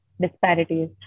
disparities